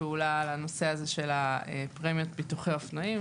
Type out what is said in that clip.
פעולה בנושא של פרמיות ביטוחי אופנועים.